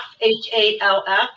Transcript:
H-A-L-F